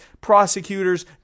prosecutors